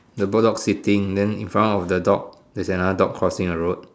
the bulldog sitting then in front of the dog there's another dog crossing the road